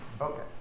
Okay